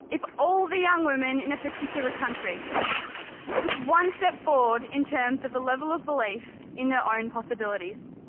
if all the young women in a particular country took one step forward in terms of the level of belief in their own possibilities.